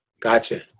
Gotcha